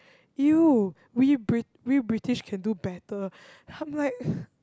!eww! we Brit~ we British can do better I'm like